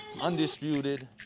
undisputed